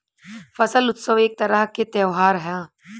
फसल उत्सव एक तरह के त्योहार ह